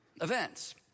events